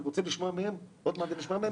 אני רוצה לשמוע מהם ועוד מעט נשמע מהם